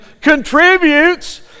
contributes